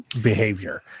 behavior